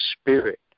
Spirit